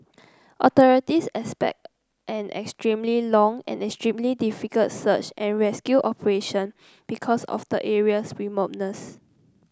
authorities expect an extremely long and extremely difficult search and rescue operation because of the area's remoteness